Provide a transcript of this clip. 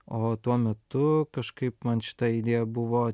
o tuo metu kažkaip man šita idėja buvo